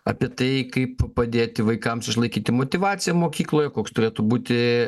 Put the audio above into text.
apie tai kaip padėti vaikams išlaikyti motyvaciją mokykloje koks turėtų būti